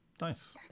nice